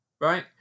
right